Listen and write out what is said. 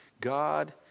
God